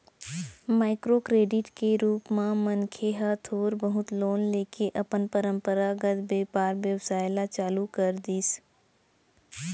micro credit के रुप म मनखे ह थोर बहुत लोन लेके अपन पंरपरागत बेपार बेवसाय ल चालू कर दिस